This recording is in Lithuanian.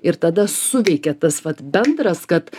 ir tada suveikia tas vat bendras kad